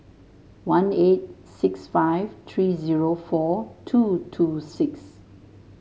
one eight six five three zero four two two six